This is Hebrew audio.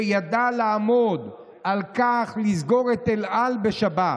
שידע לעמוד על כך, לסגור את אל על בשבת.